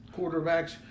quarterbacks